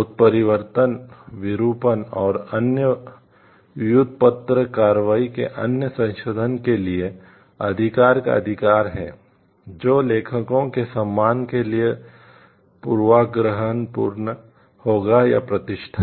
उत्परिवर्तन विरूपण और अन्य व्युत्पन्न कार्रवाई के अन्य संशोधन के लिए अधिकार का अधिकार है जो लेखकों के सम्मान के लिए पूर्वाग्रहपूर्ण होगा या प्रतिष्ठा